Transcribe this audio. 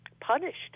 punished